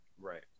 right